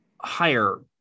higher